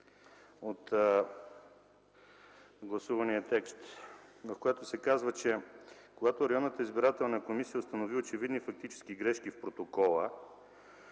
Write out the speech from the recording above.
от гласувания текст, в която се казва, че „когато районната избирателна комисия е установила очевидни фактически грешки в протокола